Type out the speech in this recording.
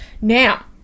Now